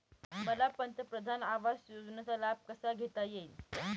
मला पंतप्रधान आवास योजनेचा लाभ कसा घेता येईल?